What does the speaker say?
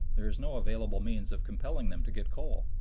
there is no available means of compelling them to get coal,